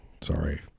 Sorry